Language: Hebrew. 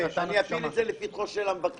אני אטיל את זה לפתחו של המבקש.